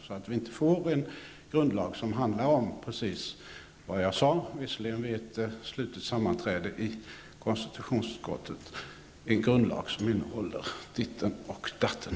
Vi skall inte få en grundlag som handlar om det jag sade vid ett slutet sammanträde i konstitutionsutskottet, dvs. en grundlag som innehåller ''ditten och datten''.